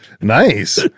Nice